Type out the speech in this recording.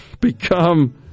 become